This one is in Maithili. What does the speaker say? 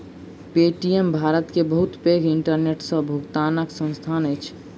पे.टी.एम भारत के बहुत पैघ इंटरनेट सॅ भुगतनाक संस्थान अछि